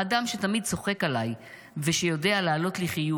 האדם שתמיד צוחק עליי ושיודע להעלות לי חיוך,